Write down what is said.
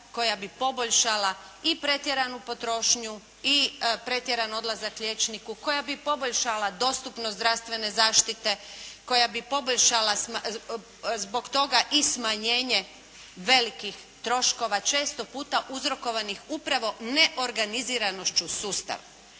koja bi poboljšala i pretjeranu potrošnju i pretjeran odlazak liječniku, koja bi poboljšala dostupnost zdravstvene zaštite, koja bi poboljšala zbog toga i smanjenje velikih troškova često puta uzrokovanih upravo neorganiziranošću sustava.